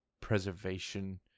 preservation